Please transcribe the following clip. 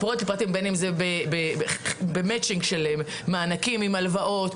בין אם זה במימון תואם של מענקים עם הלוואות.